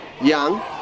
Young